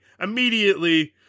Immediately-